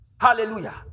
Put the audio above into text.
Hallelujah